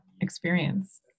experience